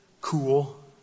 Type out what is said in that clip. cool